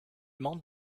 monte